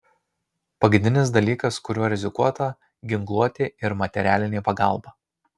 pagrindinis dalykas kuriuo rizikuota ginkluotė ir materialinė pagalba